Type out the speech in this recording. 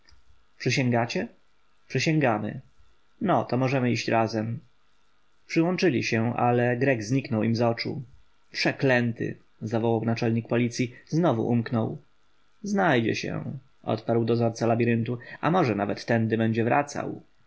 ręce przysięgacie przysięgamy no to możemy iść razem przyłączyli się ale grek zniknął im z oczu przeklęty zawołał naczelnik policji znowu umknął znajdzie się odparł dozorca z labiryntu a może nawet tędy będzie wracał